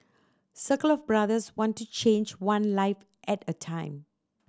circle of Brothers wants to change one life at a time